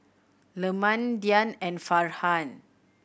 Leman Dian and Farhan